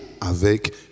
avec